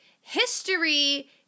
history